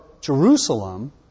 Jerusalem